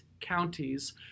counties